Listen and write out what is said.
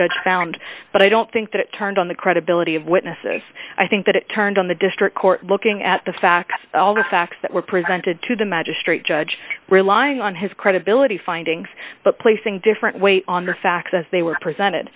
judge found but i don't think that it turned on the credibility of witnesses i think that it turned on the district court looking at the facts all the facts that were presented to the magistrate judge relying on his credibility findings but placing different weight on the facts as they were presented